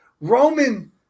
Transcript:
Roman